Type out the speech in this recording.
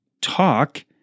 talk